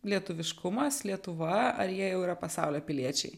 lietuviškumas lietuva ar jie jau yra pasaulio piliečiai